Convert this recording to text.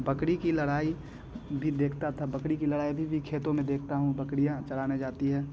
बकरी की लड़ाई भी देखता था बकरी की लड़ाई भी खेतों में देखता हूँ बकरियाँ चराने जाती है